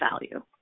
value